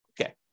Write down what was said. Okay